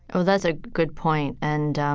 well, that's a good point. and, um